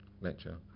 lecture